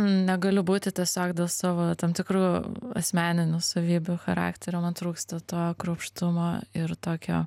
negaliu būti tiesiog dėl savo tam tikrų asmeninių savybių charakterio man trūksta to kruopštumo ir tokio